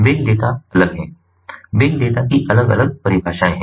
बड़े डेटा अलग हैं बिग डेटा की अलग अलग परिभाषाएं हैं